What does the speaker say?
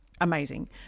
Amazing